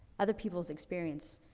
other people's experience,